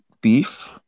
beef